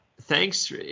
Thanks